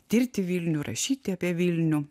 tirti vilniš rašyti apie vilnių